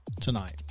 tonight